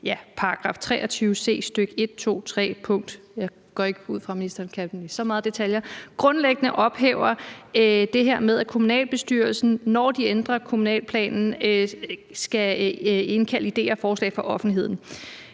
c, stk. 1, 2. og 3. pkt. – jeg går ikke ud fra, at ministeren kan dem så meget i detaljer, men altså grundlæggende ophæves det her med, at kommunalbestyrelsen, når de ændrer kommunalplanen, skal indkalde idéer og forslag fra offentligheden.